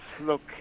Look